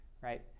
Right